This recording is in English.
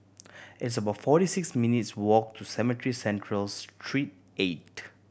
it's about forty six minutes' walk to Cemetry Central Street Eight